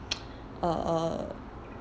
a a